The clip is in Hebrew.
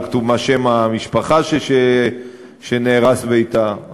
לא כתוב מה שם המשפחה שנהרס ביתה.